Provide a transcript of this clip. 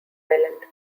island